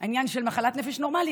שהעניין של מחלת נפש נורמלי,